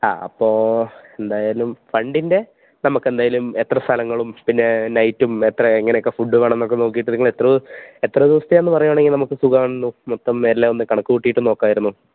ആ അപ്പോൾ എന്തായാലും ഫണ്ടിന്റെ നമുക്കെന്തായാലും എത്ര സലങ്ങളും പിന്നെ നൈറ്റും എത്ര എങ്ങനെയൊക്കെ ഫുഡ് വേണം എന്നെക്കെ നോക്കിയിട്ട് നിങ്ങളെത്ര എത്ര ദിവസത്തെയാണെന്ന് പറയുവാണെങ്കിൽ നമക്ക് സുഖമായിരുന്നു മൊത്തം എല്ലാം ഒന്ന് കണക്ക് കൂടിയിട്ട് നോക്കാമായിരുന്നു